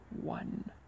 one